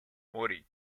morì